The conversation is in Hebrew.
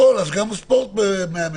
אז גם ספורט זה 100 מטר.